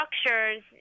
structures